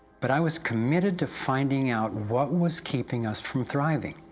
but i was committed to finding out, what was keeping us from thriving,